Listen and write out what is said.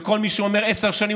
וכל מי שאומר עשר שנים,